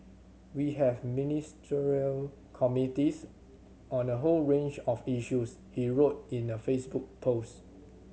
we have Ministerial committees on a whole range of issues he wrote in a Facebook post